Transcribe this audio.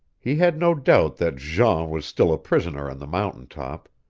he had no doubt that jean was still a prisoner on the mountain top.